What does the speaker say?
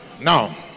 Now